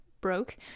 broke